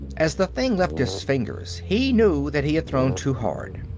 as the thing left his fingers, he knew that he had thrown too hard.